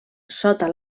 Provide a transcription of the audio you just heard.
sota